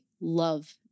love